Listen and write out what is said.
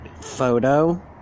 Photo